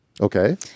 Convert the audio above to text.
Okay